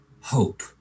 hope